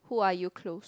who are you close